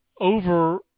over